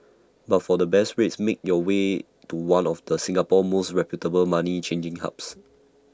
but for the best rates make your way to one of the Singapore's most reputable money changing hubs